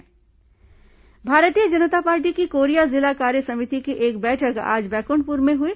भाजपा बैठक भारतीय जनता पार्टी की कोरिया जिला कार्यसमिति की एक बैठक आज बैकुंठपुर में हुई